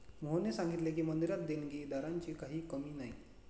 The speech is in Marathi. मोहनने सांगितले की, मंदिरात देणगीदारांची काही कमी नाही